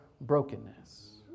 brokenness